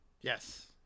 Yes